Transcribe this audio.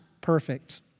perfect